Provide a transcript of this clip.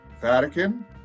Vatican